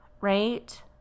right